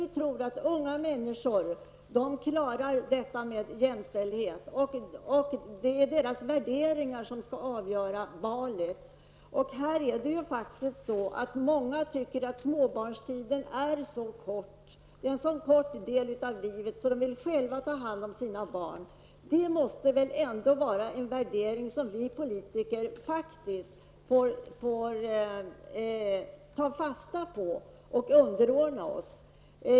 Vi tror att unga människor själva klarar jämställdheten, och det är deras värderingar som skall avgöra valet. Många tycker att småbarnstiden är så kort och utgör en så liten del av livet att de själva vill ta hand om sina barn. Det är väl ändå en värdering som vi politiker måste ta fasta på och underordna oss.